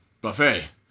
buffet